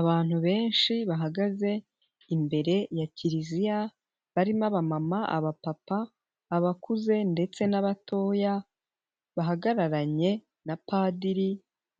Abantu benshi bahagaze imbere ya kiliziya barimo abamama, abapapa, abakuze ndetse n'abatoya bahagararanye na padiri